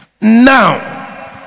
now